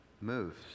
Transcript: moves